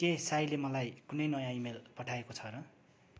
के साईले मलाई कुनै नयाँ इमेल पठाएको छ र